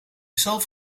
zalf